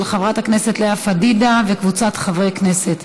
של חברת הכנסת לאה פדידה וקבוצת חברי הכנסת.